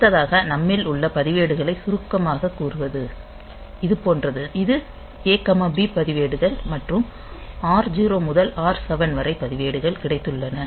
அடுத்ததாக நம்மிடம் உள்ள பதிவேடுகளை சுருக்கமாகக் கூறுவது இது போன்றது இது A B பதிவுகள் மற்றும் R0 முதல் R7 வரை பதிவேடுகள் கிடைத்துள்ளன